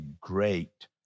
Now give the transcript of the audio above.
great